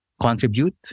contribute